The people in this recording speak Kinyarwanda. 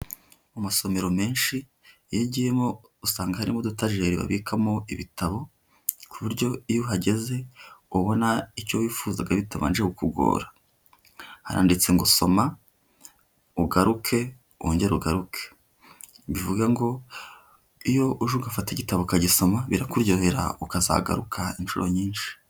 Amasomero menshi iyo ugiyemo usanga harimo utajeri babikamo ibitabo, ku buryo iyo uhageze ubona icyo wifuzaga bitabanje kukugora. Haranditse ngo soma, ugaruke, wongere ugaruke, bivuge ngo iyo uje ugafata igitabo ukagisoma birakuryohera ukazagaruka inshuro nyinshi.